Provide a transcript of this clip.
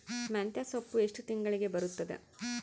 ಮೆಂತ್ಯ ಸೊಪ್ಪು ಎಷ್ಟು ತಿಂಗಳಿಗೆ ಬರುತ್ತದ?